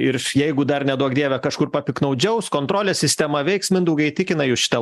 ir jeigu dar neduok dieve kažkur piktnaudžiaus kontrolės sistema veiks mindaugai įtikina jus šita